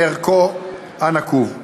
מערכו הנקוב.